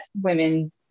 women